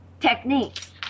techniques